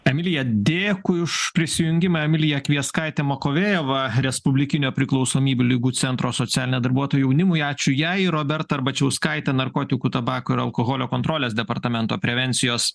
emilija dėkui už prisijungimą emilija kvieskaitė makovėjava respublikinio priklausomybių ligų centro socialinė darbuotoja jaunimui ačiū jai ir roberta arbačiauskaitė narkotikų tabako ir alkoholio kontrolės departamento prevencijos